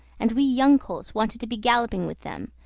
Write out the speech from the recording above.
and we young colts wanted to be galloping with them,